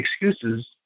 excuses